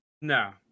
No